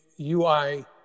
UI